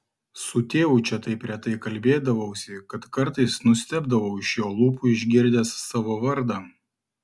su tėvu čia taip retai kalbėdavausi kad kartais nustebdavau iš jo lūpų išgirdęs savo vardą